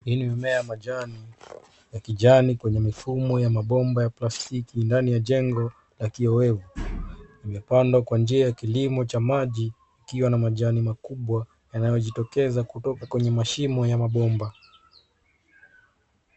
Hii ni mimea ya majani ya kijani kwenye mifumo ya mabomba ya plastiki ndani ya jengo la kiowevu. Imepandwa kwa njia ya kilimo cha maji ikiwa na majani makubwa yanayojitokeza kutoka kwenye mashimo ya mabomba.